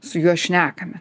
su juo šnekame